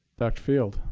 dr. field.